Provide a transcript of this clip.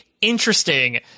interesting